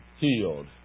healed